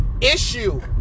issue